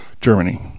Germany